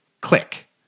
click